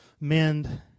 mend